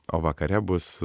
o vakare bus